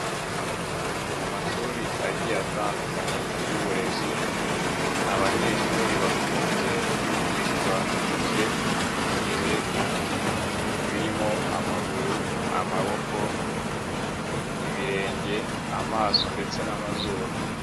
Mu mashuri agiye atandukanye y'uburezi, abanyeshuri bakunze kwigishwa ibice, bigize umuntu, birimo amaguru, amaboko, ibirenge, amaso ndetse n'amazuru.